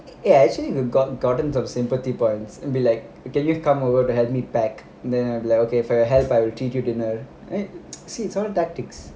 ya actually you got a lot of sympathy points like can you come over to help me pack then I like okay for your health I will treat you dinner right see so